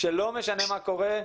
ואמרנו שלא משנה מה קורה,